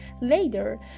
Later